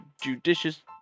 judicious